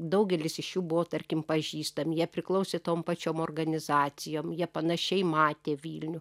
daugelis iš jų buvo tarkim pažįstami jie priklausė tom pačiom organizacijom jie panašiai matė vilnių